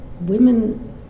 women